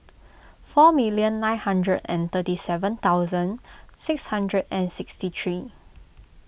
four million nine hundred and thirty seven thousand six hundred and sixty three